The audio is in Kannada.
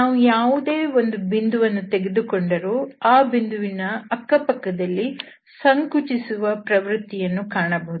ನಾವು ಯಾವುದೇ ಒಂದು ಬಿಂದುವನ್ನು ತೆಗೆದುಕೊಂಡರೂ ಅ ಬಿಂದುವಿನ ಅಕ್ಕಪಕ್ಕದಲ್ಲಿ ಸಂಕುಚಿಸುವ ಪ್ರವೃತ್ತಿಯನ್ನು ಕಾಣಬಹುದು